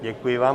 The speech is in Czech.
Děkuji vám.